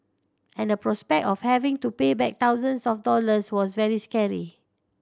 and the prospect of having to pay back thousands of dollars was very scary